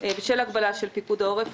בשל הגבלה של פיקוד העורף,